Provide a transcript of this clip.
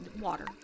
water